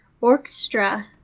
orchestra